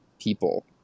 people